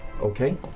Okay